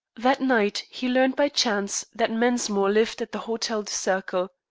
that night he learned by chance that mensmore lived at the hotel du cercle.